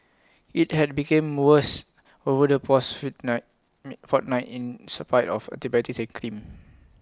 IT had become worse over the past foot night fortnight in spite of antibiotics and clean